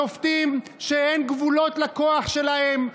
שופטים שאין גבולות לכוח שלהם,